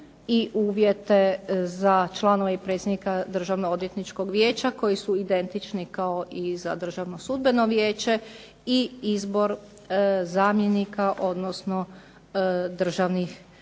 i uvjete za članove i predsjednika državno-odvjetničkog vijeća koji su identični kao i za Državno sudbeno vijeće i izbor zamjenika, odnosno državnih